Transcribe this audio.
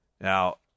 Now